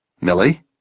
Millie